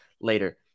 later